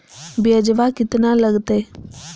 ब्यजवा केतना लगते?